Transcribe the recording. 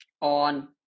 on